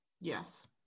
Yes